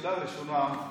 השאלה הראשונה: